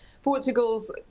Portugal's